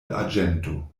arĝento